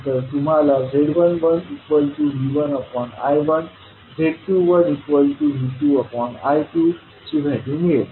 तर तुम्हाला z11V1I1 आणि z21V2I1 ची व्हॅल्यू मिळेल